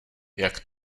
jak